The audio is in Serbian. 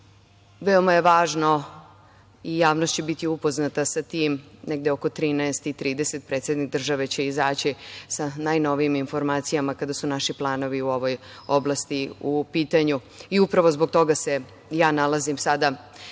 Veoma je važno i javnost će biti upoznata sa tim, negde oko 13.30 časova predsednik države će izaći sa najnovijim informacijama kada su naši planovi u ovoj oblasti u pitanju. Upravo zbog toga se ja nalazim sada